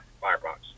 firebox